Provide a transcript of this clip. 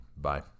Bye